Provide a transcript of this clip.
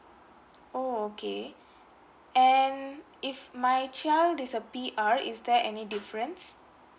oh okay and if my child is a P_R is there any difference